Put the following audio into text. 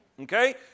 okay